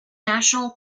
national